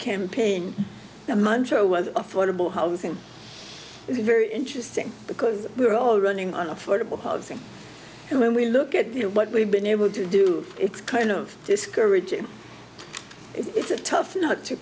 campaign a month ago was affordable housing very interesting because we were all running on affordable housing and when we look at what we've been able to do it's kind of discouraging it's a tough nut to